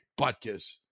butkus